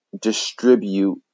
distribute